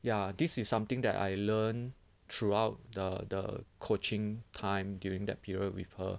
ya this is something that I learn throughout the the coaching time during that period with her